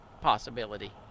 possibility